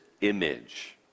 image